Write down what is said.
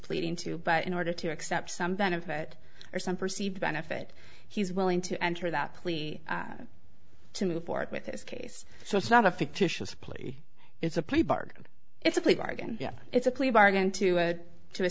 pleading to but in order to accept some benefit or some perceived benefit he's willing to enter that plea to move forward with this case so it's not a fictitious plea it's a plea bargain it's a plea bargain it's a clear bargain to a to a